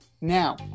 Now